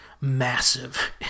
massive